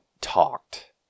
talked